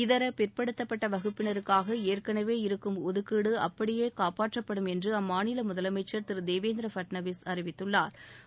இதர பிற்படுத்தப்பட்ட வகுப்பினருக்காக ஏற்கனவே இருக்கும் ஒதுக்கீடு அப்படியே காப்பற்றப்படும் என்று அம்மாநில முதலமைச்சா் திரு தேவேந்திர பட்னவிஸ் அறிவித்துள்ளாா்